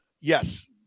Yes